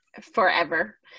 Forever